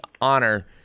honor